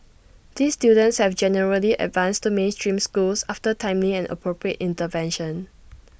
these children have generally advanced to mainstream schools after timely and appropriate intervention